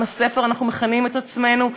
עם הספר אנחנו מכנים את עצמנו,